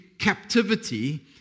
captivity